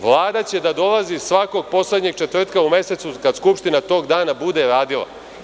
Vlada će da dolazi svakog poslednjeg četvrtka u mesecu kada Skupština tog dana bude radila.